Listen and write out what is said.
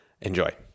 Enjoy